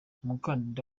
umukandida